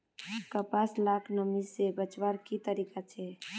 कपास लाक नमी से बचवार की तरीका छे?